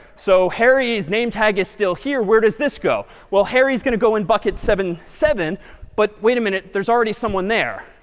so harry's name tag is still here. where does this go? well, harry is going to go in bucket seven. but wait a minute, there's already someone there.